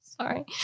Sorry